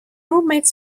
roommate’s